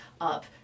up